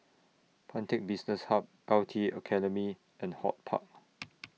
Pantech Business Hub L T A Academy and HortPark